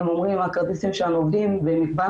הם אומרים 'הכרטיסים שלנו עובדים במגוון